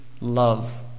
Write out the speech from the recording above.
love